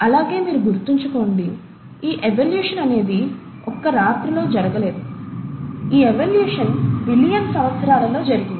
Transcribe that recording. అలాగే మీరు గుర్తుంచుకోండి ఈ ఎవల్యూషన్ అనేది ఒక్క రాత్రిలో జరగలేదు ఈ ఎవల్యూషన్ బిలియన్ సంవత్సరాలలో జరిగింది